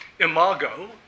imago